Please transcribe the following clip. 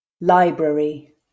library